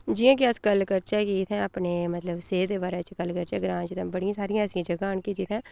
जि'यां कि अस गल्ल करचै कि असें मतलब अपने सेह्त दे बारे च गल्ल करचै अगर अस ते बड़ियां सारियां ऐसियां जगहं न जित्थै असें